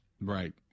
Right